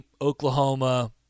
Oklahoma